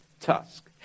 tusk